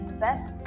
best